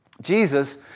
Jesus